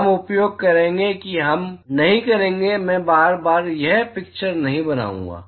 हम उपयोग करेंगे हम नहीं करेंगे मैं बार बार यह पिक्चर नहीं बनाऊंगा